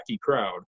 crowd